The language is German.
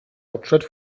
hauptstadt